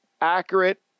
accurate